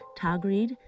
Tagreed